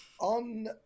on